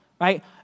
right